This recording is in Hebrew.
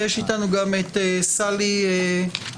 ויש איתנו גם את סאלי גליצנשטיין,